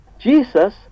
Jesus